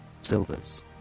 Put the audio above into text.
silvers